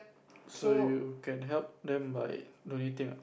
so you can help them by donating ah